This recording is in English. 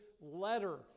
letter